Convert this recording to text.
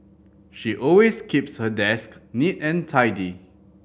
she always keeps her desk neat and tidy